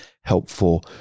helpful